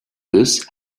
this